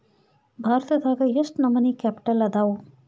ಭಾರತದಾಗ ಯೆಷ್ಟ್ ನಮನಿ ಕ್ಯಾಪಿಟಲ್ ಅದಾವು?